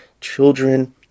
children